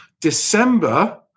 December